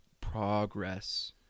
progress